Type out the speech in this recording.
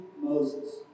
Moses